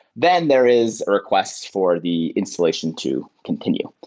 then there is a request for the installation to continue.